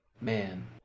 Man